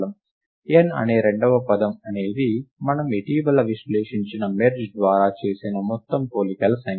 n అనే రెండవ పదం అనేది మనము ఇటీవల విశ్లేషించిన మెర్జ్ ద్వారా చేసిన మొత్తం పోలికల సంఖ్య